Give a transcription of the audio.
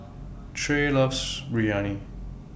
Tre loves Biryani